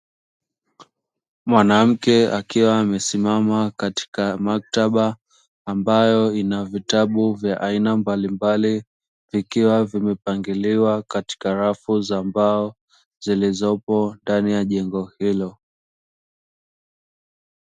Mwanamke akiwa amesimama katika maktaba, ambayo ina vitabu vya aina mbalimbali vikiwa vimepangiliwa katika rafu za mbao, zilizopo ndani ya jengo hilo.